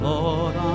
Lord